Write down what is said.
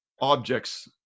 objects